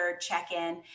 check-in